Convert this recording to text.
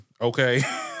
Okay